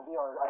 VR